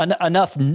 enough